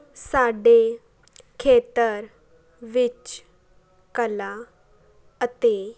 ਸਾਡੇ ਖੇਤਰ ਵਿੱਚ ਕਲਾ ਅਤੇ